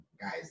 guys